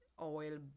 oil